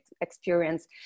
experience